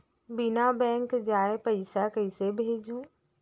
बिना बैंक जाये पइसा कइसे भेजहूँ?